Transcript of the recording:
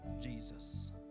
Jesus